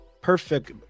perfect